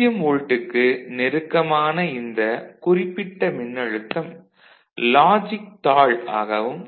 0 வோல்ட்டுக்கு நெருக்கமான இந்த குறிப்பிட்ட மின்னழுத்தம் லாஜிக் தாழ் ஆகவும்